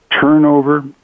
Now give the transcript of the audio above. turnover